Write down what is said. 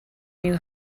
knew